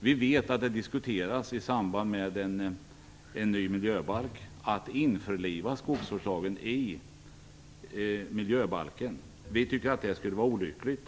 Vi vet att det när det gäller detta med en ny miljöbalk förekommer diskussioner om att införliva skogsvårdslagen i miljöbalken, men det skulle vara olyckligt.